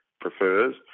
prefers